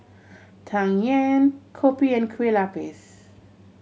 Tang Yuen kopi and Kueh Lapis